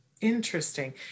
Interesting